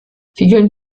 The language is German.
vielen